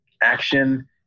action